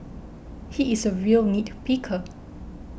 he is a real nit picker